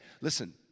Listen